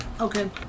Okay